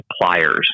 suppliers